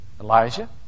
Elijah